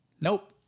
Nope